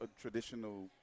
traditional